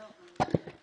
הנה: